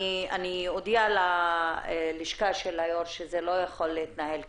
אני אודיע ללשכה של היו"ר שזה לא יכול להתנהל ככה.